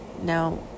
Now